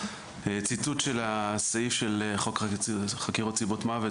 הציטוט של הסעיף של חוק חקירות סיבות מוות